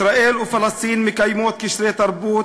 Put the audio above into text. ישראל ופלסטין מקיימות קשרי תרבות,